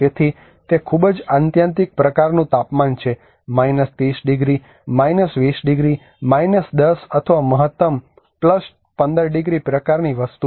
તેથી તે ખૂબ જ આત્યંતિક પ્રકારનું તાપમાન છે 30 ડિગ્રી 20 ડિગ્રી 10 અથવા મહત્તમ 15 ડિગ્રી પ્રકારની વસ્તુ